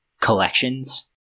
collections